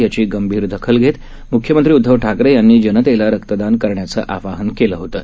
याची गंभीरदखलघेतम्ख्यमंत्री उद्धवठाकरे यांनी जनतेला रक्तदानकरण्याचं आवाहनकेलंहोतं